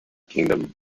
kingdom